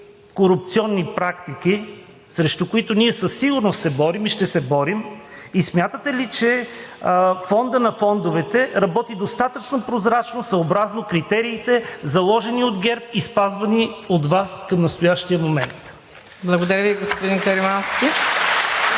корупционни практики, срещу които ние със сигурност се борим и ще се борим? Смятате ли, че Фондът на фондовете работи достатъчно прозрачно съобразно критериите, заложени от ГЕРБ и спазвани от Вас, към настоящия момент? (Ръкопляскания от ИТН.)